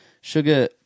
sugar